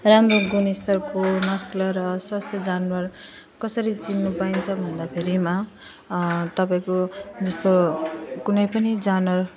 राम्रो गुणस्तरको नस्ल र स्वास्थ्य जनावर कसरी चिन्नु पाइन्छ भन्दाफेरिमा तपाईँको जस्तो कुनै पनि जनावर